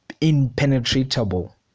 Impenetrable